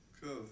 cool